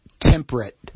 temperate